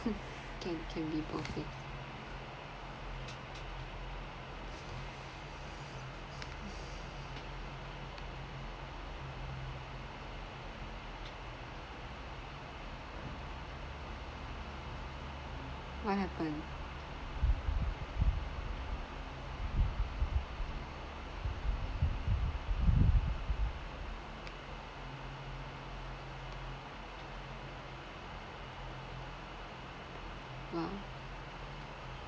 can can be both ways what happened !wow!